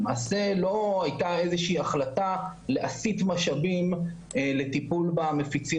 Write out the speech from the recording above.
למעשה לא הייתה איזה שהיא החלטה להסיט משאבים לטיפול במפיצים